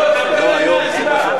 לא, תספר להם מה הסיבה.